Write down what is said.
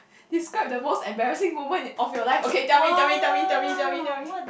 describe the most embarrassing moment of your life okay tell me tell me tell me tell me tell me tell me